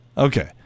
Okay